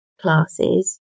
classes